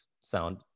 sound